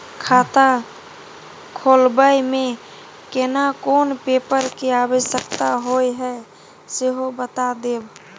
खाता खोलैबय में केना कोन पेपर के आवश्यकता होए हैं सेहो बता देब?